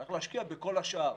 צריך להשקיע בכל השאר,